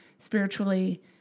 spiritually